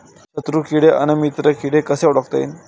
शत्रु किडे अन मित्र किडे कसे ओळखता येईन?